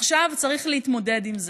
עכשיו צריך להתמודד עם זה.